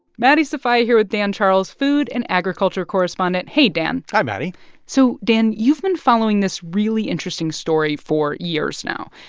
maddie sofia here with dan charles, food and agriculture correspondent. hey, dan hi, maddie so, dan, you've been following this really interesting story for years now.